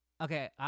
Okay